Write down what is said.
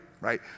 Right